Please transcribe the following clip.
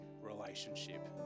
relationship